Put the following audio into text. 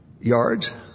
yards